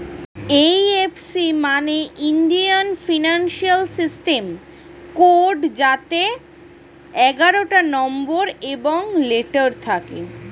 এই F C মানে Indian financial system code যাতে এগারোটা নম্বর এবং লেটার থাকে